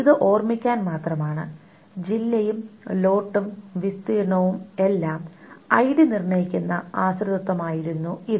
ഇത് ഓർമിക്കാൻ മാത്രമാണ് ജില്ലയും ലോട്ടും വിസ്തീർണ്ണവും എല്ലാം ഐഡി നിർണ്ണയിക്കുന്ന ആശ്രിതത്വമായിരുന്നു ഇത്